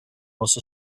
was